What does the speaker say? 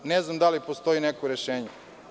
Ne znam da li postoji neko rešenje.